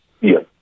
yes